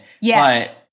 Yes